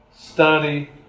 study